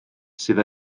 sydd